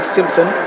Simpson